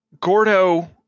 Gordo